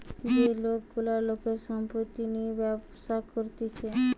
যে লোক গুলা লোকের সম্পত্তি নিয়ে ব্যবসা করতিছে